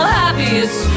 happiest